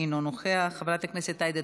חבר הכנסת סעיד אלחרומי,